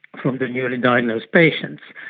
from the newly diagnosed patients,